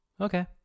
Okay